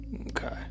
Okay